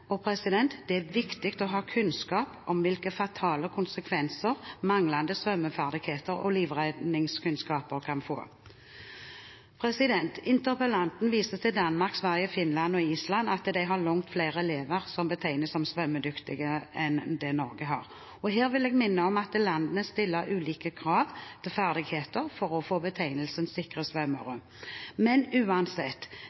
det er viktig å ha kunnskap om hvilke fatale konsekvenser manglende svømmeferdigheter og livredningskunnskaper kan få. Interpellanten viser til at Danmark, Sverige, Finland og Island har langt flere elever som betegnes som svømmedyktige, enn det Norge har. Her vil jeg minne om at landene stiller ulike krav til ferdigheter for å få betegnelsen